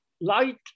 light